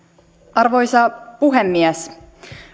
arvoisa puhemies